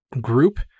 group